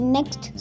Next